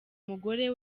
umugore